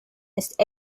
ist